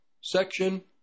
section